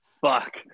Fuck